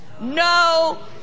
no